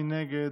מי נגד?